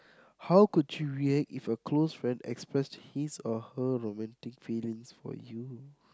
how could you react if a close friend express his or her romantic feelings for you